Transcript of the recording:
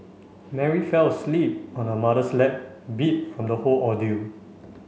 Mary fell asleep on her mother's lap beat from the whole ordeal